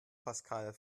pascal